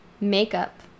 Makeup